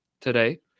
today